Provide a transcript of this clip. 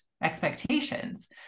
expectations